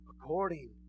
according